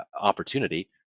opportunity